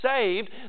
saved